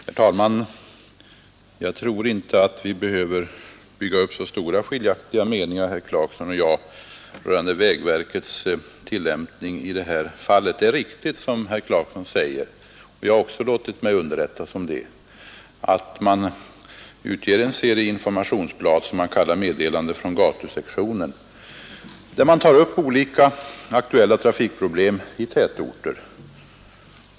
Herr talman! Jag tror inte att herr Clarkson och jag behöver bygga upp så stora motsättningar rörande vägverkets tillämpning av vägtrafikförordningen i detta fall. Det är riktigt som herr Clarkson säger, att vägverket ger ut en serie informationsblad som kallas Meddelanden från gatusektionen. Jag har låtit mig underrättas om det. Vägverket tar i dessa meddelanden upp olika aktuella trafikproblem i tätorter.